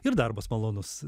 ir darbas malonus